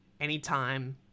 anytime